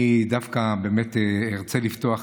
אני דווקא באמת ארצה לפתוח,